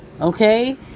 Okay